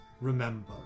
remember